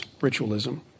ritualism